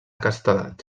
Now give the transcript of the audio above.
castedat